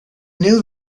knew